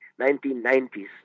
1990s